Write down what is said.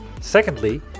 Secondly